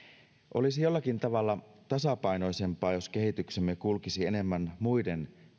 olisi jollakin tavalla tasapainoisempaa jos kehityksemme kulkisi enemmän muiden